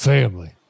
Family